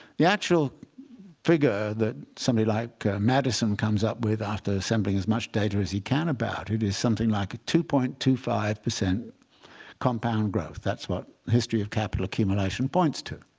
the actual figure that somebody like madison comes up with after assembling as much data as he can about it is something like a two point two five compound growth. that's what history of capital accumulation points to.